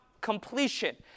completion